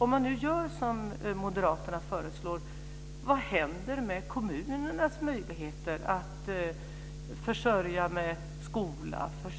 Om man nu gör som moderaterna föreslår, vad händer med kommunens möjligheter att försörja med skola och